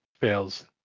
fails